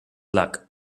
luck